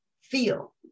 feel